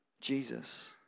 Jesus